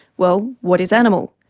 well, what is animal.